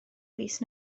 fis